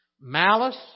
malice